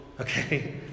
okay